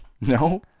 No